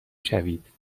شوید